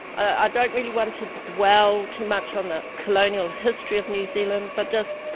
i don't really want to dwell too much on the colonial history of new zealand, but just